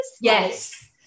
Yes